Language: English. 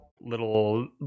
Little